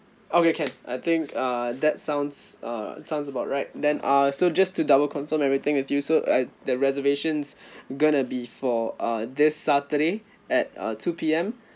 okay can I think uh that sounds uh sounds about right then uh so just to double confirm everything with you so uh the reservations gonna be for uh this saturday at uh two P_M